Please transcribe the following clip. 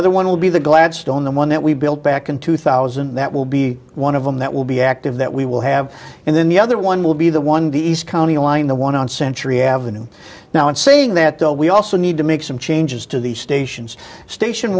other one will be the gladstone the one that we built back in two thousand that will be one of them that will be active that we will have and then the other one will be the one in the east county line the one on century avenue now in saying that we also need to make some changes to the stations station